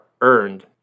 earned